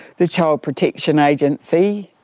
the child protection agency.